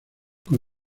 con